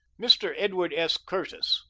mr. edward s. curtis,